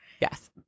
Yes